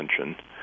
attention